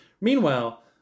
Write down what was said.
Meanwhile